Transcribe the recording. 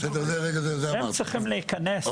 הם צריכים להיכנס.